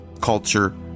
culture